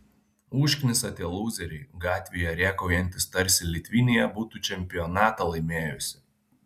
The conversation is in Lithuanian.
užknisa tie lūzeriai gatvėje rėkaujantys tarsi litvinija būtų čempionatą laimėjusi